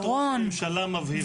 מואטי היה אחרי שהשתחררתי מבית החולים,